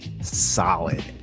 solid